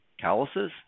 calluses